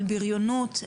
על בריונות,